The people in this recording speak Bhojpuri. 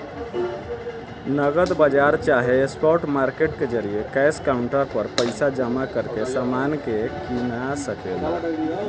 नगद बाजार चाहे स्पॉट मार्केट के जरिये कैश काउंटर पर पइसा जमा करके समान के कीना सके ला